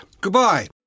Goodbye